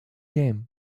game